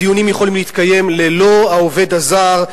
הדיונים יכולים להתקיים ללא העובד הזר,